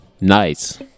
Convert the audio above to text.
Nice